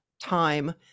time